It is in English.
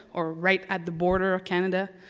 or right at the border of canada,